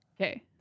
Okay